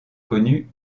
connue